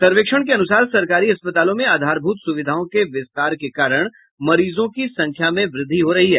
सर्वेक्षण के अनुसार सरकारी अस्पतालों में आधारभूत सुविधाओं के विस्तार के कारण मरीजों की संख्या में वृद्धि हो रही है